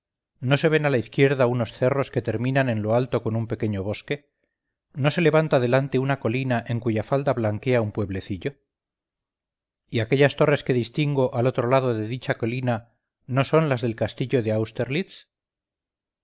no se ven a la izquierda unos cerros que terminan en lo alto con un pequeño bosque no se eleva delante una colina en cuya falda blanquea un pueblecillo y aquellas torres que distingo al otro lado de dicha colina no son las del castillo de